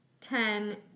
Ten